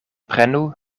prenu